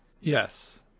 Yes